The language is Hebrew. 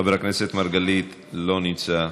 חבר הכנסת מרגלית, לא נמצא,